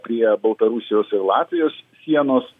prie baltarusijos ir latvijos sienos